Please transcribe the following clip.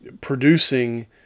producing